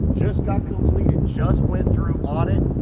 just got completed. just went through audit.